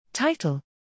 Title